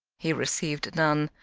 he received none,